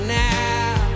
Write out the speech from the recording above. now